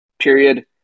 period